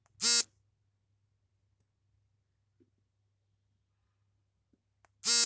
ತರಕಾರಿಗಳು ಮಾನವರು ಅಥವಾ ಇತರ ಪ್ರಾಣಿಗಳು ಆಹಾರವಾಗಿ ಸೇವಿಸುವ ಸಸ್ಯಗಳ ಭಾಗಗಳಾಗಯ್ತೆ